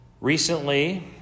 Recently